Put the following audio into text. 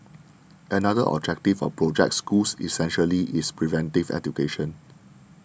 another objective of Project Schools essentially is preventive education